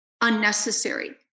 unnecessary